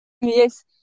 Yes